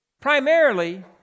Primarily